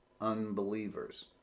unbelievers